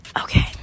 Okay